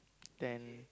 then